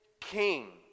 king